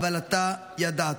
אבל אתה ידעת.